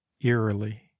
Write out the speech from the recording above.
eerily